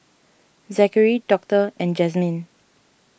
Zackery Doctor and Jazmyn